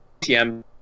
TM